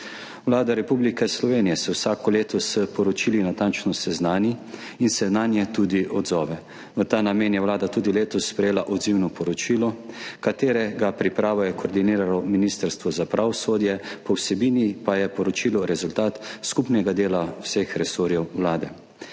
Vlada Republike Slovenije se vsako leto s poročili natančno seznani in se nanje tudi odzove. V ta namen je Vlada tudi letos sprejela odzivno poročilo, katerega pripravo je koordiniralo Ministrstvo za pravosodje, po vsebini pa je poročilo rezultat skupnega dela vseh resorjev Vlade.